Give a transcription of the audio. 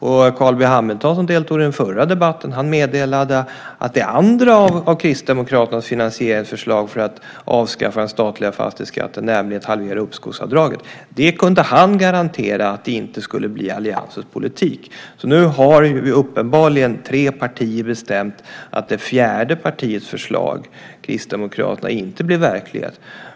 Carl B Hamilton, som deltog i den förra debatten, meddelade att det andra av Kristdemokraternas finansieringsförslag för att avskaffa den statliga fastighetsskatten, nämligen att halvera uppskovsavdraget, kunde han garantera att det inte skulle bli alliansens politik. Nu har uppenbarligen tre partier bestämt att det fjärde partiets förslag, Kristdemokraternas förslag, inte blir verklighet.